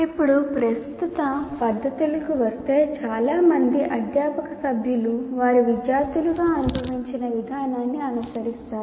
ఇప్పుడు ప్రస్తుత పద్ధతులకు వస్తే చాలా మంది అధ్యాపక సభ్యులు వారు విద్యార్థులుగా అనుభవించిన విధానాన్ని అనుసరిస్తారు